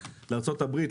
לארה"ב,